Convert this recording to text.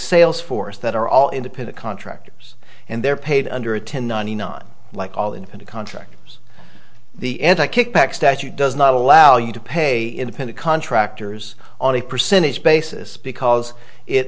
sales force that are all independent contractors and they're paid under a ten ninety nine like all independent contractors the end i kickback statute does not allow you to pay independent contractors on a percentage basis because it